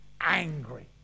angry